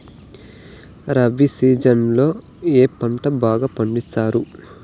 rabi season లో ఏ పంటలు బాగా పండిస్తారు